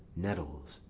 nettles,